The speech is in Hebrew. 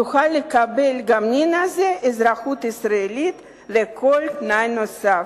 יוכל לקבל אזרחות ישראלית ללא כל תנאי נוסף.